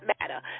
matter